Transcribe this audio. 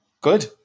Good